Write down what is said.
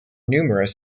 numerous